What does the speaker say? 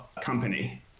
company